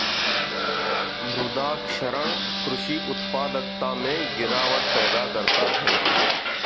मृदा क्षरण कृषि उत्पादकता में गिरावट पैदा करता है